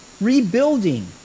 rebuilding